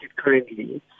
currently